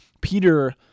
peter